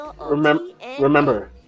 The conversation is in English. remember